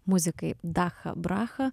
muzikai dacha bracha